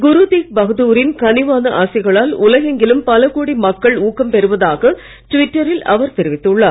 குரு தேக் பகதூரின் கனிவான ஆசிகளால் உலகெங்கிலும் பல கோடி மக்கள் ஊக்கம் பெறுவதாக ட்விட்டரில் அவர் தெரிவித்துள்ளார்